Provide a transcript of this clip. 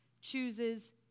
chooses